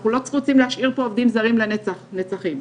אנחנו רוצים להשאיר פה עובדים זרים לנצח נצחים,